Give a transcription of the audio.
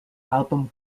album